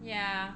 yeah